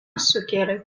sukėlė